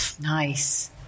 Nice